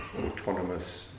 autonomous